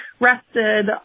rested